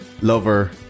lover